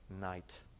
night